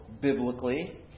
biblically